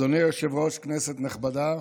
אדוני היושב-ראש, כנסת נכבדה,